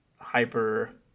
hyper